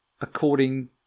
according